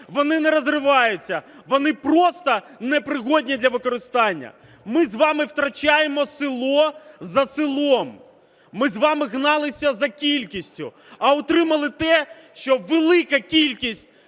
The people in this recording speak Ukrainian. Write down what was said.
вони не розриваються, вони просто не придатні для використання. Ми з вами втрачаємо село за селом. Ми з вами гналися за кількістю, а отримали те, що велика кількість